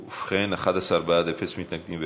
ובכן, 11 בעד, אפס מתנגדים.